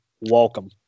Welcome